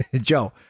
Joe